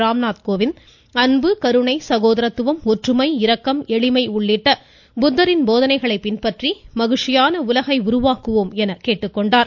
ராம்நாத் கோவிந்த் அன்பு கருணை சசோதரத்துவம் ஒற்றுமை இரக்கம் எளிமை உள்ளிட்ட புத்தரின் போதனைகளை பின்பற்றி மகிழ்ச்சியான உலகை உருவாக்குவோம் என கேட்டுக்கொண்டார்